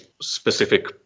specific